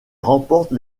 remporte